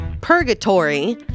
Purgatory